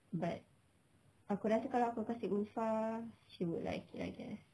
but aku rasa kalau aku kasih ulfa she would like it I guess